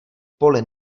poli